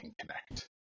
connect